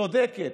צודקת,